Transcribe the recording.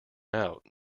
out